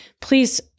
please